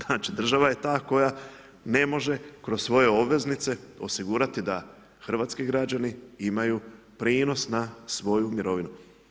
Znači država je ta koja ne može kroz svoje obveznice osigurati da hrvatski građani imaju prinos na svoju mirovinu.